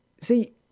See